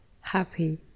happy